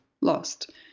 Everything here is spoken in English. lost